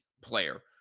player